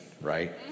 right